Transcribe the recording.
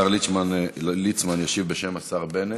השר ליצמן ישיב בשם השר בנט.